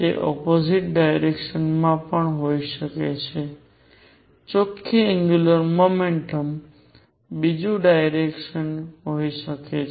તે opposite direction માં પણ હોઈ શકે છે ચોખ્ખી એંગ્યુંલર મોમેન્ટમ બીજુ ડાયરેક્શન હોઈ શકે છે